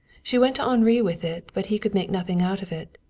she went to henri with it, but he could make nothing out of it.